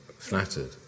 flattered